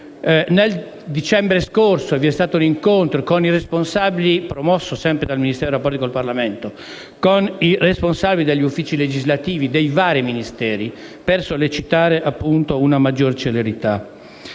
Nel dicembre scorso vi è stato l'incontro con i responsabili, promosso sempre dal Ministero dei rapporti con il Parlamento, degli uffici legislativi dei vari Ministeri per sollecitare una maggiore celerità.